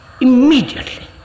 immediately